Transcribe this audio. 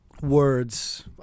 words